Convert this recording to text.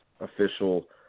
official